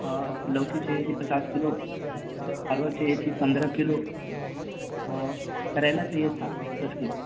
اور لوکی چاہیے تھی پچاس کلو پرول چاہیے تھی پندرہ کلو اور کریلا چاہیے تھا دس کلو